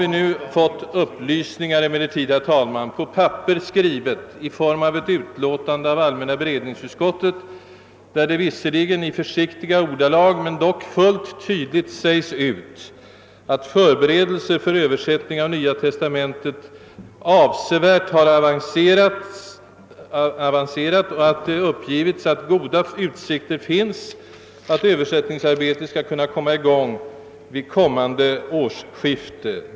Vi har emellertid nu, herr talman, på papper fått den upplysningen i form av ett uttalande från allmänna beredningsutskottet, visserligen i försiktiga ordalag men dock fullt tydligt, att förberedelser för översättning av Nya testamentet avsevärt har avancerat och att det uppgivits att goda utsikter finns att översättningsarbetet skall kunna komma i gång vid instundande årsskifte.